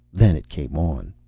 then it came on.